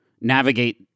navigate